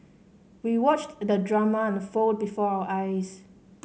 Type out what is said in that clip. we watched the drama unfold before our eyes